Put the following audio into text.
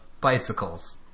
bicycles